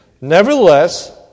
Nevertheless